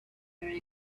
very